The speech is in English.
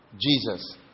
Jesus